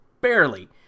Barely